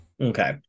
Okay